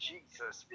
Jesus